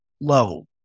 low